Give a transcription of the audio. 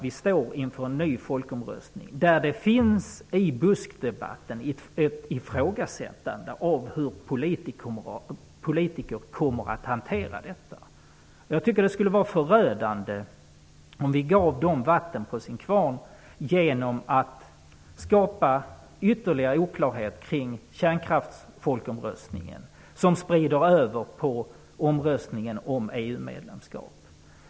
Vi står inför en ny folkomröstning där man i buskdebatten ifrågasätter hur politiker kommer att hantera detta. Det skulle vara förödande att ge dem vatten på sin kvarn genom att skapa ytterligare oklarhet kring folkomröstningen om kärnkraften, som sedan sprider sig över på omröstningen om EU-medlemskap.